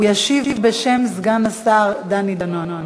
הוא ישיב בשם סגן השר דני דנון.